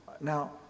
Now